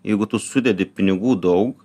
jeigu tu sudedi pinigų daug